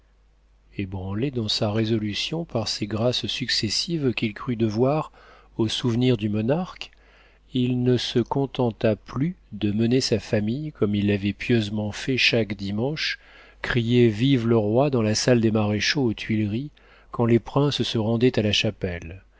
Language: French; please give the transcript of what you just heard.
ébranlé dans sa résolution par ces grâces successives qu'il crut devoir au souvenir du monarque il ne se contenta plus de mener sa famille comme il l'avait pieusement fait chaque dimanche crier vive le roi dans la salle des maréchaux aux tuileries quand les princes se rendaient à la chapelle